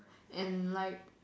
and like